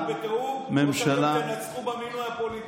ששר הביטחון הבא יעבוד עם הרמטכ"ל בתיאום או שאתם תנצחו במינוי הפוליטי?